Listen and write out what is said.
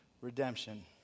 redemption